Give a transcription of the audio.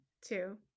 two